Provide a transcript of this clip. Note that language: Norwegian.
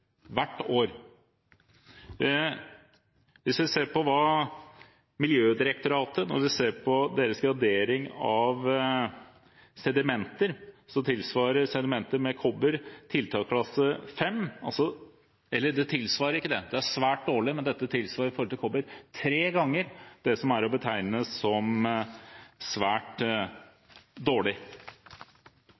hvert år. Det tilsvarer 240 tonn nikkel, 588 tonn krom, 1 400 tonn kobber – hvert år. Hvis vi ser på Miljødirektoratets gradering av sedimenter, tilsvarer sedimenter med kobber tre ganger det som er å betegne som svært dårlig.